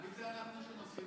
מי זה "אנחנו" שנושאים באחריות?